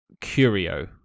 curio